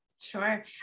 Sure